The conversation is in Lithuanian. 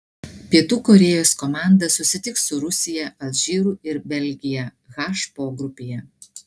pietų korėjos komanda susitiks su rusija alžyru ir belgija h pogrupyje